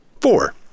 Four